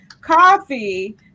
Coffee